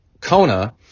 Kona